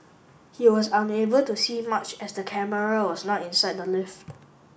he was unable to see much as the camera was not inside the lift